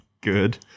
good